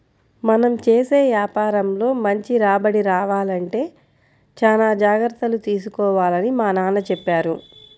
మనం చేసే యాపారంలో మంచి రాబడి రావాలంటే చానా జాగర్తలు తీసుకోవాలని మా నాన్న చెప్పారు